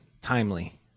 Timely